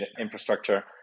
infrastructure